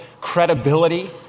credibility